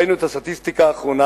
ראינו את הסטטיסטיקה האחרונה,